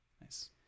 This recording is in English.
nice